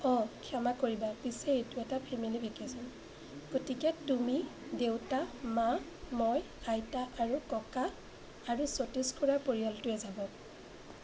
অ' ক্ষমা কৰিবা পিছে এইটো এটা ফেমিলী ভেকেশ্যন গতিকে তুমি দেউতা মা মই আইতা আৰু ককা আৰু সতীশ খুৰাৰ পৰিয়ালটোৱেই যাব